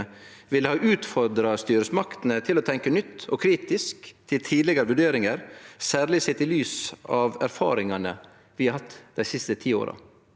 ville ha utfordra styresmaktene til å tenkje nytt og kritisk til tidlegare vurderingar, særleg sett i lys av erfaringane vi har hatt dei siste ti åra?